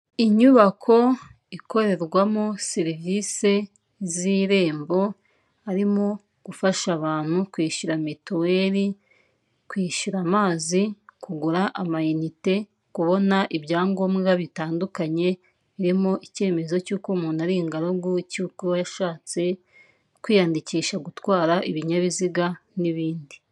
Inyubako ikorerwamo serivisi z'irembo harimo gufasha abantu, kwishyura mituweli, kwishyura amazi, kugura amanite, kubona ibyangombwa bitandukanye, birimo icyemezo cy'uko umuntu ari ingaragu, cy'uko yashatse, kwiyandikisha gutwara ibinyabiziga, n'ibindi.